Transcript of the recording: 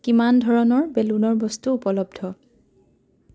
কিমান ধৰণৰ বেলুনৰ বস্তু উপলব্ধ